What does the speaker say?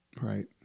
Right